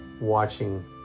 watching